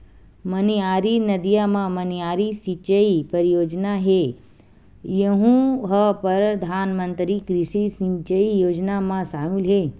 मनियारी नदिया म मनियारी सिचई परियोजना हे यहूँ ह परधानमंतरी कृषि सिंचई योजना म सामिल हे